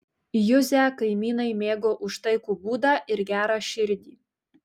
juzę kaimynai mėgo už taikų būdą ir gerą širdį